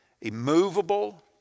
immovable